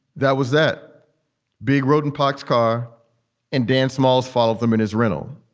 that was that big rowden pocs car and dance smalls followed them in his rental.